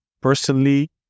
personally